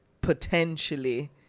potentially